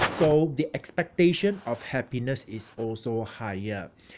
so the expectation of happiness is also higher